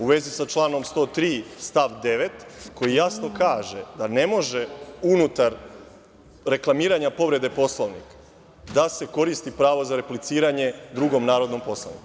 U vezi sa članom 103. stav 9. koji jasno kaže da ne može unutar reklamiranja povrede Poslovnika da se koristi pravo za repliciranje drugom narodnom poslaniku.